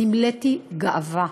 נמלאתי גאווה.